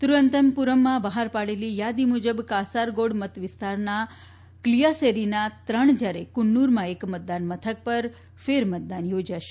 તિરૂઅનંત પુરમમાં બહાર પાડેલી યાદી મુજબ કાસાર ગોડ મતવિસ્તારના કલીયાસેરીના ત્રણ જ્યારે કન્નુરમાં એક મતદાન મથક પર ફેર મતદાન યોજાશે